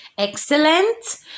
excellent